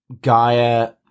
Gaia